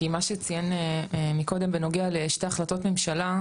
כי מה שציין מקודם בנוגע לשתי החלטות ממשלה,